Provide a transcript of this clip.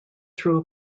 through